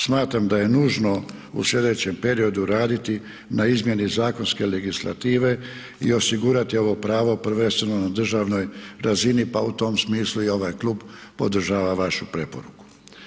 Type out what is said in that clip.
Smatram da je nužno u slijedećem periodu raditi na izmjeni zakonske legislative i osigurati ovo pravo prvenstveno na državnoj razini, pa u tom smislu i ovaj klub podržava vašu preporuku.